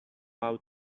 out